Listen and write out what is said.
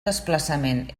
desplaçament